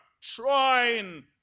trying